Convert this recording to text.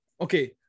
Okay